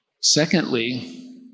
Secondly